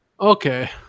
Okay